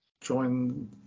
join